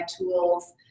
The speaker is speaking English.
tools